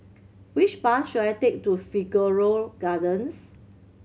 which bus should I take to Figaro Gardens